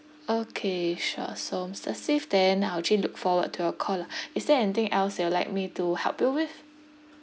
okay sure so mister steve then I'll actually look forward to your call lah is there anything else you like to help you with